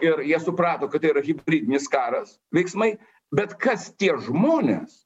ir jie suprato kad tai yra hibridinis karas veiksmai bet kas tie žmonės